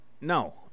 no